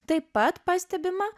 taip pat pastebima